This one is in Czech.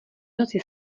noci